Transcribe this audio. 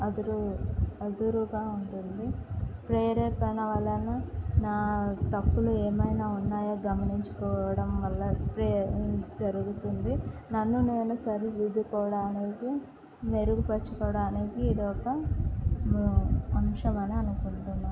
అదురు అదురుగా ఉంటుంది ప్రేరేపన వలన నా తప్పులు ఏమైనా ఉన్నాయా గమనించుకోవడం వల్ల జరుగుతుంది నన్ను నేను సరి దిద్దుకోవడానికి మెరుగుపరచుకోవడానికి ఇది ఒక అంశం అని అనుకుంటున్నాను